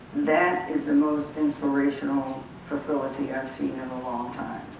that is the most inspirational facility i've seen in a long time.